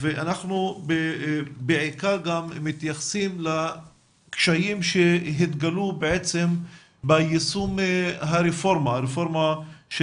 אנחנו בעיקר גם מתייחסים לקשיים שהתגלו ביישום הרפורמה של